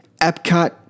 Epcot